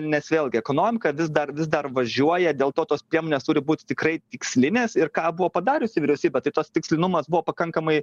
nes vėlgi ekonomika vis dar vis dar važiuoja dėl to tos priemonės turi būti tikrai tikslinės ir ką buvo padariusi vyriausybė tai tas tikslinumas buvo pakankamai